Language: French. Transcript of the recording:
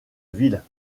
ville